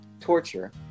torture